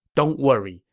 don't worry.